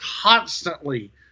constantly